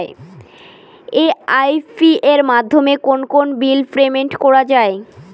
AEPS মাধ্যমে কোন কোন বিল পেমেন্ট করা যায়?